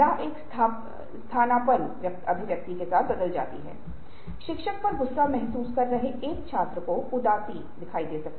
इसके विपरीत यदि यह संतुलन है तो यह परिवर्तन के लिए बलों को बढ़ा सकता है